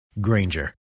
Granger